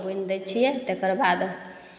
बुनि दै छियै तेकर बाद